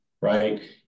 right